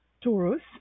Taurus